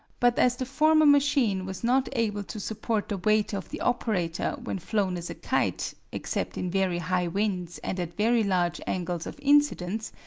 but as the former machine was not able to support the weight of the operator when flown as a kite, except in very high winds and at very large angles of incidence,